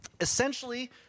Essentially